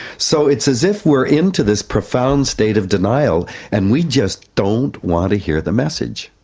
so it's as if we're into this profound state of denial and we just don't want to hear the message.